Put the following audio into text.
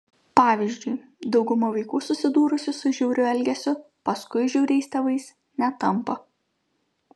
pavyzdžiui dauguma vaikų susidūrusių su žiauriu elgesiu paskui žiauriais tėvais netampa